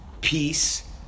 peace